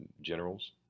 generals